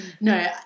No